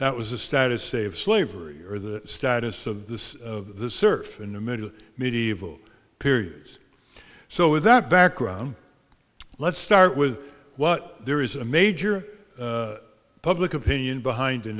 that was the status say of slavery or the status of this of the surf in the middle medieval periods so with that background let's start with what there is a major public opinion behind in